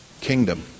Kingdom